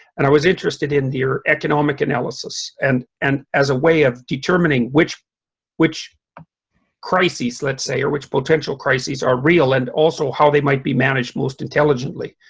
and i was interested in their economic analysis and and as a way of determining which which crises, let's say, or which potential crises are real and, also, how they might be managed most intelligently.